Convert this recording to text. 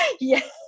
yes